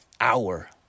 hour